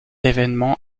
évènement